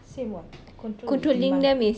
same [what] control is demand